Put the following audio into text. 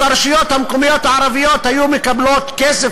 אז הרשויות המקומיות הערביות היו מקבלות כסף